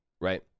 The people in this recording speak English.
Right